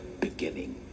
beginning